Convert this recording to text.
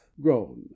grown